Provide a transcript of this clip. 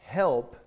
help